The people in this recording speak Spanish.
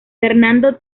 fernando